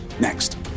next